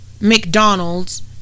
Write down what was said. mcdonald's